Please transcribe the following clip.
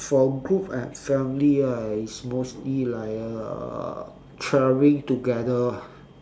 for a group and family right it's mostly like uh travelling together ah